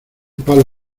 palo